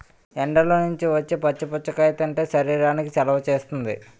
ఎండల్లో నుంచి వచ్చి పుచ్చకాయ తింటే శరీరానికి చలవ చేస్తుంది